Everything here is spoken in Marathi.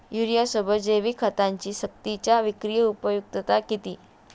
युरियासोबत जैविक खतांची सक्तीच्या विक्रीची उपयुक्तता किती?